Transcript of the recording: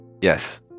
Yes